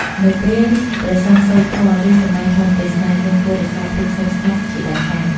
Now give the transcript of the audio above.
នៅពេលព្រះសង្ឃសូត្រធម៌ ឬសម្តែងធម៌ទេសនា យើងគួររក្សាភាពស្ងៀមស្ងាត់ជាដាច់ខាត។